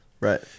Right